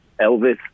Elvis